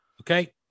Okay